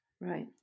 Right